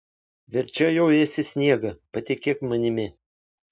verčiau jau ėsi sniegą patikėk manimi